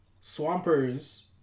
Swampers